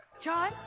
John